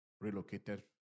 relocated